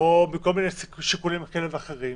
או כל מיני שיקולים מסוימים אחרים